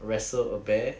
wrestle a bear